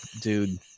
dude